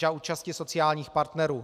za účasti sociálních partnerů.